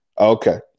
Okay